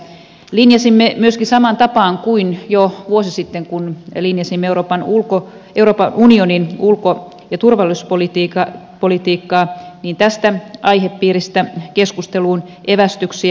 linjasimme myöskin samaan tapaan kuin jo vuosi sitten kun linjasimme euroopan unionin ulko ja turvallisuuspolitiikkaa tästä aihepiiristä keskusteluun evästyksiä